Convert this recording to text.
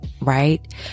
right